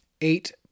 eight